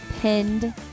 pinned